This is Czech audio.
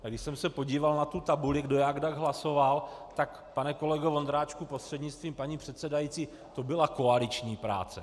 Ale když jsem se podíval na tu tabuli, kdo jak hlasoval, tak pane kolego Vondráčku prostřednictvím paní předsedající, to byla koaliční práce.